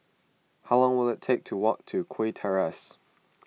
how long will it take to walk to Kew Terrace